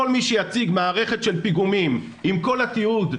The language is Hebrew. כל מי שיציג מערכת של פיגומים עם כל התיעוד,